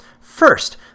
First